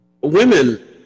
Women